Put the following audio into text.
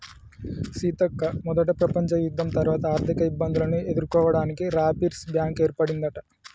సీతక్క మొదట ప్రపంచ యుద్ధం తర్వాత ఆర్థిక ఇబ్బందులను ఎదుర్కోవడానికి రాపిర్స్ బ్యాంకు ఏర్పడిందట